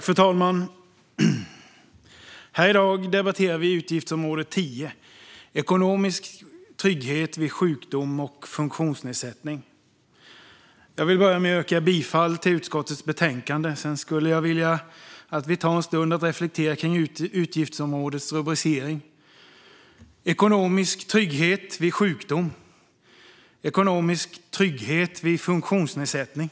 Fru talman! I dag debatterar vi utgiftsområde 10 Ekonomisk trygghet vid sjukdom och funktionsnedsättning. Jag vill börja med att yrka bifall till förslaget i utskottets betänkande. Sedan vill jag att vi reflekterar över utgiftsområdets rubricering: Ekonomisk trygghet vid sjukdom och funktionsnedsättning.